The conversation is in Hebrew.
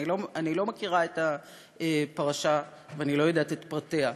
אני לא מכירה את הפרשה ואני לא יודעת את פרטיה,